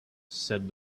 said